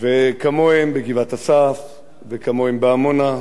וכמוהם בגבעת-אסף וכמוהם בעמונה,